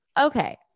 Okay